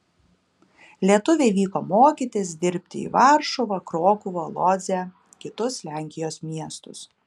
lietuviai vyko mokytis dirbti į varšuvą krokuvą lodzę kitus lenkijos miestus